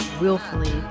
willfully